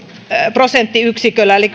prosenttiyksiköllä eli